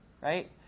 right